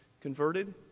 converted